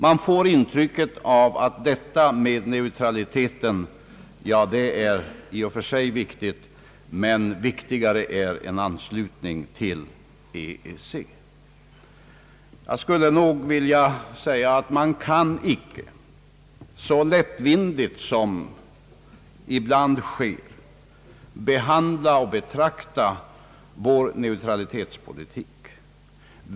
Man får intrycket att detta med neutraliteten i och för sig naturligtvis är viktigt, men än viktigare är en anslutning till EEC. Jag skulle vilja säga att man inte så lättvindigt som ibland sker kan behandla och betrakta vår neutralitetspolitik.